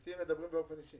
עבאס.